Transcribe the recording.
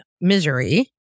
misery